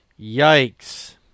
Yikes